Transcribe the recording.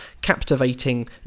captivating